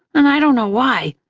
and i don't know why,